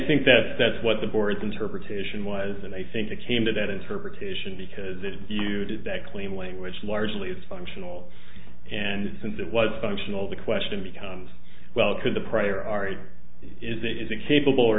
think that that's what the board's interpretation was and i think they came to that interpretation because if you did that claim language largely it's functional and since it was functional the question becomes well could the prior art is it is it capable or